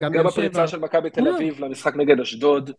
גם בפריצה של מכבי תל אביב, למשחק נגד אשדוד.